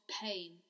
Pain